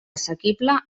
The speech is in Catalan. assequible